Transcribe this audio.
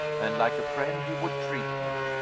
and like a friend he would treat me.